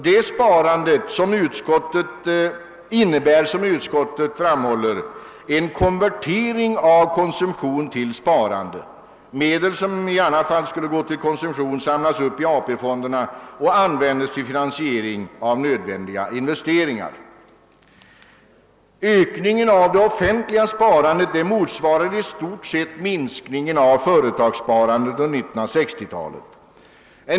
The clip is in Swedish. Detta sparande innebär, som utskottet framhåller, en konvertering av konsumtion till sparande. Medel som i annat fall skulle ha gått till konsumtion samlas upp i AP-fonderna och används till finansiering av nödvändiga investeringar. Ökningen av det offentliga sparandet motsvarar i stort sett minskningen av företagssparandet under 1960-talet.